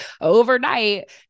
overnight